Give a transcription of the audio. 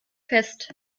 fest